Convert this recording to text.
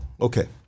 Okay